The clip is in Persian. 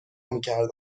میکردم